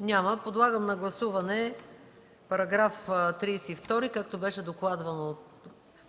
Няма. Подлагам на гласуване § 32, както беше докладван от